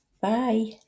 Bye